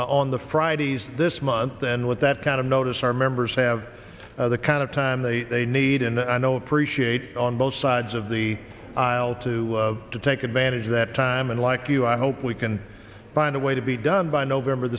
on the fridays this month and with that kind of notice our members have the kind of time they need and i know appreciate on both sides of the aisle to to take advantage of that time unlike you i hope we can find a way to be done by november